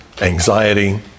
anxiety